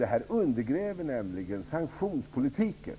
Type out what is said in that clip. Detta undergräver nämligen sanktionspolitiken.